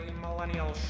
Millennial